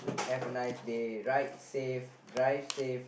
have a nice day ride safe drive safe